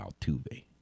Altuve